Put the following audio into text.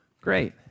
great